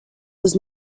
was